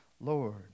Lord